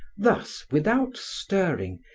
thus, without stirring,